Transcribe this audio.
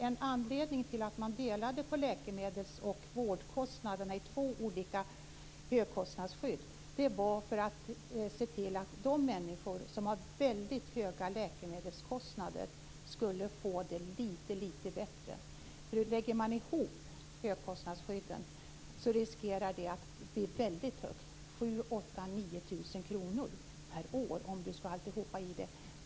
En anledning till att läkemedels och vårdkostnaderna delades i två olika högkostnadsskydd var för att se till att de människor som har väldigt höga läkemedelskostnader skulle få det lite bättre. Om båda högkostnadsskydden läggs ihop riskerar summan att bli väldigt hög - 7 000-9 000 kr per år.